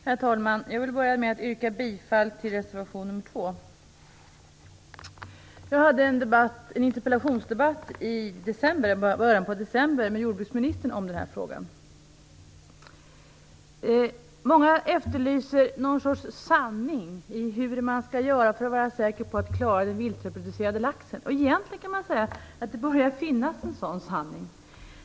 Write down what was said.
Herr talman! Jag vill börja med att yrka bifall till reservation nr 2. I början av december hade jag en interpellationsdebatt med jordbruksministern om den här frågan. Många efterlyser någon sorts sanning om hur man skall göra för att vara säker på att klara den viltreproducerande laxen. Egentligen kan man säga att det nu börjar finnas en sådan sanning.